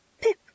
pip